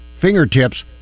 fingertips